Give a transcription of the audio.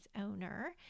owner